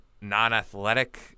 non-athletic